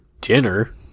dinner